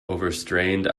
overstrained